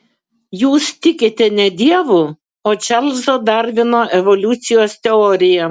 jūs tikite ne dievu o čarlzo darvino evoliucijos teorija